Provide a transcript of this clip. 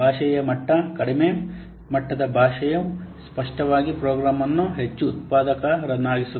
ಭಾಷೆಯ ಮಟ್ಟ ಕಡಿಮೆ ಕಡಿಮೆ ಮಟ್ಟದ ಭಾಷೆಯ ಸ್ಪಷ್ಟವಾಗಿ ಪ್ರೋಗ್ರಾಮರ್ನನ್ನು ಹೆಚ್ಚು ಉತ್ಪಾದಕರನ್ನಾಗಿಸುತ್ತದೆ